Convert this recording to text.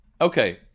Okay